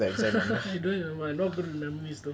I don't remember I not good with memories though